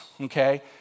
okay